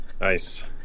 Nice